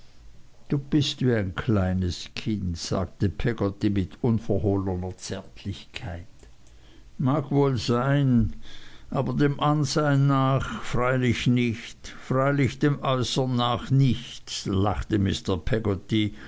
du bist wie ein kleines kind sagte peggotty mit unverhohlener zärtlichkeit mag wohl sien aber dem ansehn nach freilich nicht freilich dem äußeren nach nicht lachte mr peggotty